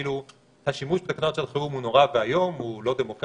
כאילו השימוש בתקנות שעת חירום הוא נורא ואיום והוא לא דמוקרטי,